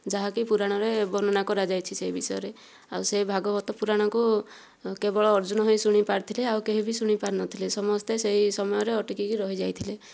ଯାହାକି ପୁରାଣରେ ବର୍ଣ୍ଣନା କରାଯାଇଛି ସେହି ବିଷୟରେ ଆଉ ସେ ଭାଗବତ ପୁରାଣକୁ କେବଳ ଅର୍ଜୁନ ହିଁ ଶୁଣିପାରିଥିଲେ ଆଉ କେହି ବି ଶୁଣିପାରିନଥିଲେ ସମସ୍ତେ ସେହି ସମୟରେ ଅଟକିକି ରହିଯାଇଥିଲେ